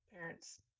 Parents